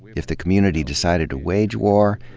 if the community decided to wage war,